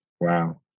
Wow